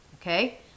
okay